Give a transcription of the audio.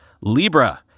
Libra